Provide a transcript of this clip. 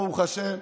ברוך השם,